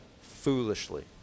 foolishly